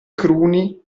cruni